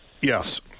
Yes